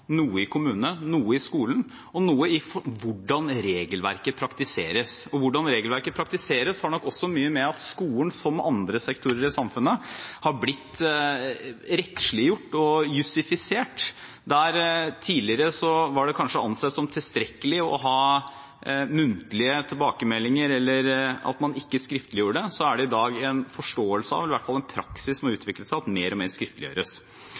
noe i kommunene, noe i skolen og noe i hvordan regelverket praktiseres. Hvordan regelverket praktiseres, har nok også mye med det å gjøre at skolen, som andre sektorer i samfunnet, har blitt rettsliggjort og jussifisert. Der det tidligere kanskje var ansett som tilstrekkelig med muntlige tilbakemeldinger, eller at man ikke skriftliggjorde det, er det i dag en forståelse av, eller i hvert fall en praksis som har utviklet seg, at mer og mer skriftliggjøres.